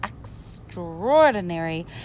extraordinary